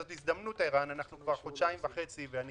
זו הזדמנות, ערן אנחנו כבר חודשיים וחצי, ואני